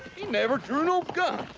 he never drew no gun!